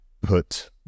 put